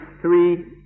three